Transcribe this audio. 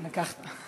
לקחת.